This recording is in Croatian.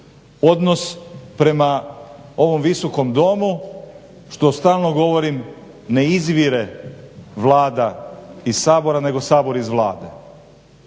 Odnos prema ovom Visokom domu što stalno govorim ne izvire Vlada iz Sabora, nego Sabor iz Vlade.